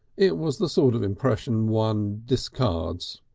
it was the sort of impression one disregards.